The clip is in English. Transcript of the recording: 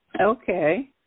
Okay